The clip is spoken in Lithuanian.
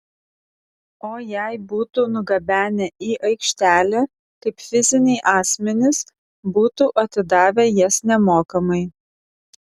o jei būtų nugabenę į aikštelę kaip fiziniai asmenys būtų atidavę jas nemokamai